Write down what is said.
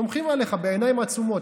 סומכים עליך בעיניים עצומות.